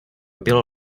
bylo